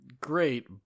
Great